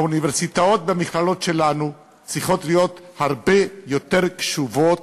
האוניברסיטאות והמכללות שלנו צריכות להיות הרבה יותר קשובות